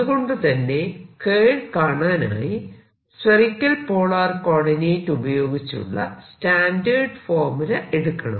അതുകൊണ്ടുതന്നെ കേൾ കാണാനായി സ്ഫെറിക്കൽ പോളാർ കോർഡിനേറ്റ് ഉപയോഗിച്ചുള്ള സ്റ്റാൻഡേർഡ് ഫോർമുല എടുക്കണം